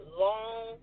long